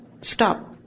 stop